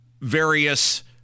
various